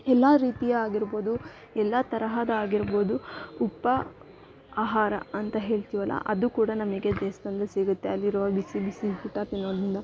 ಎಲ್ಲ ರೀತಿಯ ಆಗಿರ್ಬೋದು ಎಲ್ಲ ತರಹದಾಗಿರ್ಬೋದು ಉಪಹಾರ ಅಂತ ಹೇಳ್ತೀವಲ್ಲ ಅದು ಕೂಡ ನಮಗೆ ದೇವ್ಸ್ಥಾನ್ದಲ್ಲಿ ಸಿಗತ್ತೆ ಅಲ್ಲಿರುವ ಬಿಸಿಬಿಸಿ ಊಟ ತಿನ್ನೋದರಿಂದ